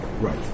Right